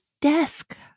desk